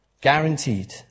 Guaranteed